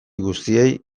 guztiei